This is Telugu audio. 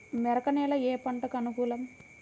మెరక నేల ఏ పంటకు అనుకూలం?